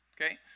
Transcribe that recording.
Okay